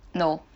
no